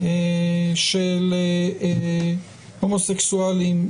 של הומוסקסואלים,